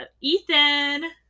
Ethan